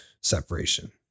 separation